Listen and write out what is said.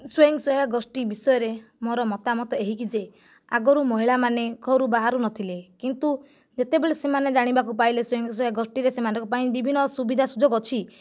ସ୍ୱୟଂସହାୟକ ଗୋଷ୍ଠି ବିଷୟରେ ମୋର ମତାମତ ଏହିକି ଯେ ଆଗରୁ ମହିଳାମାନେ ଘରୁ ବାହାରୁ ନଥିଲେ କିନ୍ତୁ ଯେତେବେଳେ ସେମାନେ ଜାଣିବାକୁ ପାଇଲେ ସ୍ୱୟଂସହାୟକ ଗୋଷ୍ଠିରେ ସେମାନଙ୍କ ପାଇଁ ବିଭିନ୍ନ ସୁବିଧା ସୁଯୋଗ ଅଛି